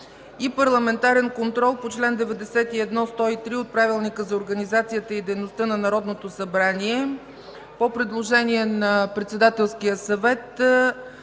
9. Парламентарен контрол по чл. 91-103 от Правилника за организацията и дейността на Народното събрание. По предложение на Председателския съвет